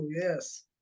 Yes